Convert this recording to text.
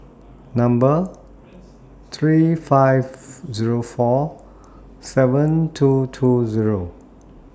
Number three five Zero four seven two two Zero